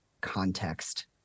context